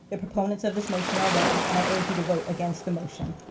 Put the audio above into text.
the proponents of this motion are wrong, and i urge you to vote against the motion.